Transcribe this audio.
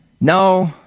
No